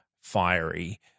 fiery